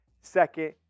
second